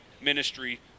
ministry